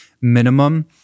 minimum